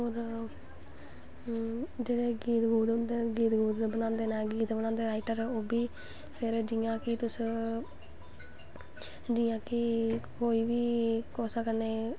हर चीज़ मतलव कपड़ा कपड़ा जेह्ड़ा में बोलनीं ना जेह्ड़ा अपनां स्यानां ना ओह् अच्छा कपड़ा होंदा ऐ ठीक ठीकक कपड़ा होंदा ऐ अपनैं आप जेह्ड़ा अस कपड़ा पाना ओह्दी फिटिंग अच्छी आंदी ऐ